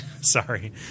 Sorry